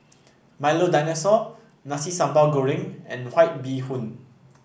Milo Dinosaur Nasi Sambal Goreng and White Bee Hoon